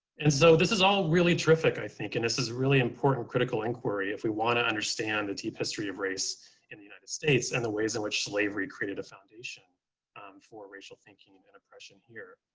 and so this is all really terrific, i think, and this is really important critical inquiry if we want to understand the deep history of race in the united states and the ways in which slavery created a foundation for racial thinking and oppression here.